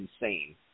insane